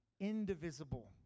indivisible